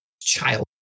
child